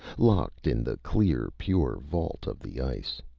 locked in the clear, pure vault of the ice.